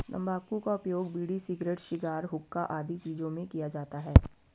तंबाकू का उपयोग बीड़ी, सिगरेट, शिगार, हुक्का आदि चीजों में किया जाता है